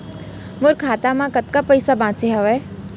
मोर खाता मा कतका पइसा बांचे हवय?